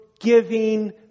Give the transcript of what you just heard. giving